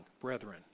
brethren